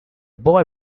boy